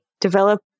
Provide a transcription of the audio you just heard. develop